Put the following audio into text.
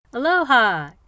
Aloha